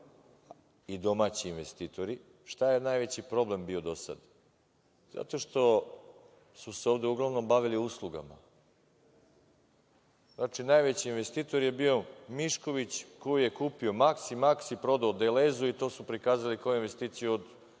i domaći investitori. Šta je najveći problem bio do sada? Zato što su se ovde uglavnom bavili uslugama, znači najveći investitor je bio Mišković, koji je kupio „Maksi“, „Maksi“ prodao „Delezu“ i to su prikazali kao investiciju od